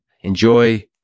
Enjoy